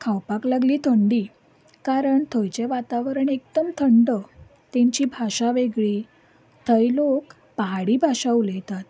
खावपाक लागली थंडी कारण थंयचें वातावरण एकदम थंड तेंची भाशा वेगळी थंय लोक पहाडी भाशा उलयतात